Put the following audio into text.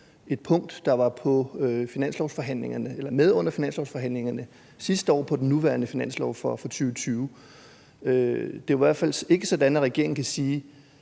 et punkt, der var med under finanslovforhandlingerne sidste år om den nuværende finanslov for 2020. Det er jo i hvert fald ikke sådan, at regeringen kan sige: